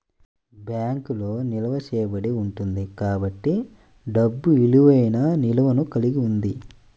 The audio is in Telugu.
బ్యాంకులో నిల్వ చేయబడి ఉంటుంది కాబట్టి డబ్బు విలువైన నిల్వను కలిగి ఉంది